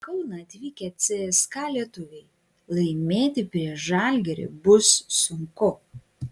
į kauną atvykę cska lietuviai laimėti prieš žalgirį bus sunku